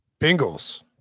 Bengals